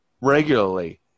regularly